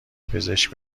پزشک